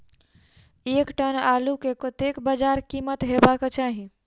एक टन आलु केँ कतेक बजार कीमत हेबाक चाहि?